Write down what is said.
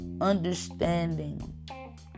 understanding